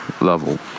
level